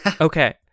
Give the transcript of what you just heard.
Okay